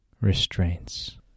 restraints